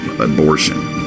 abortion